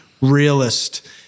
realist